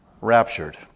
raptured